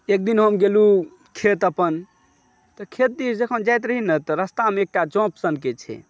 एकदिन हम गेलहुॅं खेत अपन तऽ खेत दिस जखन जायत रही ने तऽ रस्तामे एकटा चाँप सनके छै